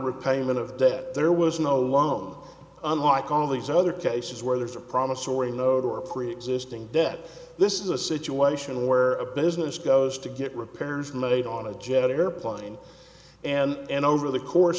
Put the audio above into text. repayment of debt there was no loan unlike all these other cases where there's a promissory note or a preexisting debt this is a situation where a business goes to get repairs made on a jet airplane and over the course